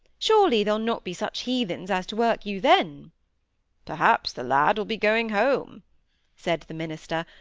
surely they'll not be such heathens as to work you then perhaps the lad will be going home said the minister,